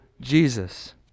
Jesus